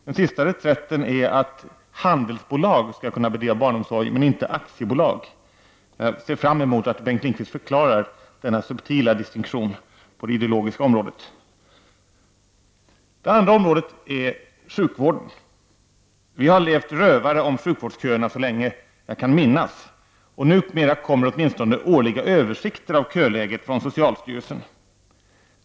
Den senaste reträtten är att handelsbolag skall få bedriva barnomsorg men inte aktiebolag. Jag ser fram emot att Bengt Lindqvist förklarar denna subtila distinktion på det ideologiska området. 2. Det andra området är sjukvården. Vi har levt rövare om sjukvårdsköerna så länge jag kan minna. Numera finns åtminstone årliga översikter av köläget från socialstyrelsen.